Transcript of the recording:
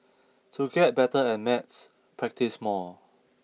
to get better at maths practise more